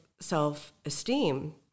self-esteem